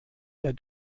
der